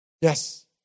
Yes